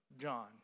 John